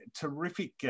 Terrific